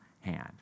hand